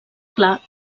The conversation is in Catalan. clar